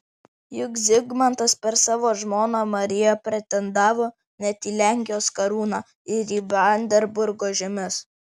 juk zigmantas per savo žmoną mariją pretendavo net į lenkijos karūną ir į brandenburgo žemes